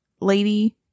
lady